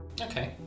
Okay